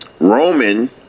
Roman